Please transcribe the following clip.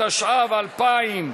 התשע"ו 2016,